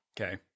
Okay